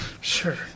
sure